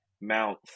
Mount